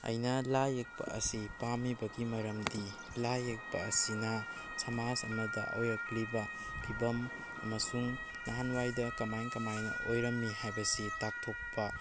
ꯑꯩꯅ ꯂꯥꯏ ꯌꯦꯛꯄ ꯑꯁꯤ ꯄꯥꯝꯃꯤꯕꯒꯤ ꯃꯔꯝꯗꯤ ꯂꯥꯏ ꯌꯦꯛꯄ ꯑꯁꯤꯅ ꯁꯃꯥꯖ ꯑꯃꯗ ꯑꯣꯏꯔꯛꯂꯤꯕ ꯐꯤꯕꯝ ꯑꯃꯁꯨꯡ ꯅꯍꯥꯜꯋꯥꯏꯗ ꯀꯃꯥꯏ ꯀꯃꯥꯏꯅ ꯑꯣꯏꯔꯝꯃꯤ ꯍꯥꯏꯕꯁꯤ ꯇꯥꯛꯊꯣꯛꯄ